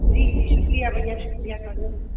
जी जी शुक्रिया भईया शुक्रिया तव्हांजो